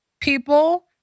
People